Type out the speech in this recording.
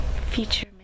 feature